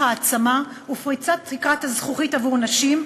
העצמה ופריצת תקרת הזכוכית עבור נשים,